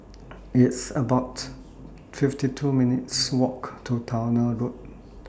It's about fifty two minutes' Walk to Towner Road